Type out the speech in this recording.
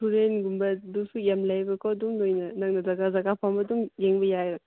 ꯇꯨꯔꯦꯟꯒꯨꯝꯕ ꯑꯗꯨꯁꯨ ꯌꯥꯝ ꯂꯩꯕꯀꯣ ꯑꯗꯨꯝ ꯅꯣꯏꯅ ꯅꯪꯅ ꯖꯒꯥ ꯖꯒꯥ ꯑꯄꯥꯝꯕ ꯑꯗꯨꯝ ꯌꯦꯡꯕ ꯌꯥꯏ